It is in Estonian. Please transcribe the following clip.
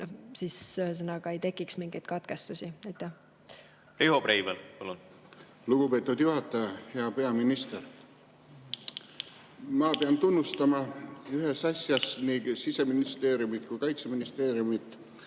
et meil ei tekiks mingeid katkestusi. Riho Breivel, palun! Lugupeetud juhataja! Hea peaminister! Ma pean tunnustama ühes asjas nii Siseministeeriumit kui ka Kaitseministeeriumit: